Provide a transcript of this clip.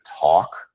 talk